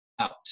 out